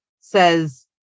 says